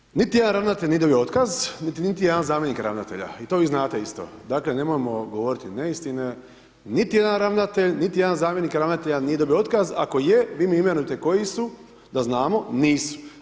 Kolega Boriću, niti jedan ravnatelj nije dobio otkaz, niti jedan zamjenik ravnatelja i to vi znate isto, dakle, nemojmo govoriti neistine, niti jedan ravnatelj, niti jedan zamjenik ravnatelja nije dobio otkaz, ako je, vi mi imenujte koji su, da znamo, nisu.